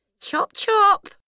chop-chop